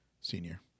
senior